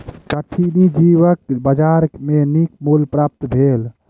कठिनी जीवक बजार में नीक मूल्य प्राप्त भेल